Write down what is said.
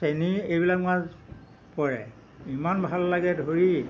চেনী এইবিলাক মাছ পৰে ইমান ভাল লাগে ধৰি